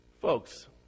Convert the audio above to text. Folks